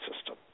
system